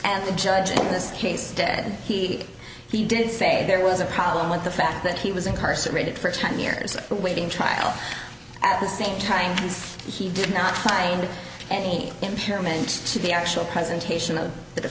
and the judge in this case dead heat he did say there was a problem with the fact that he was incarcerated for ten years awaiting trial at the same time he did not find any impairment to the actual presentation of the